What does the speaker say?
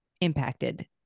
impacted